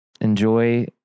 enjoy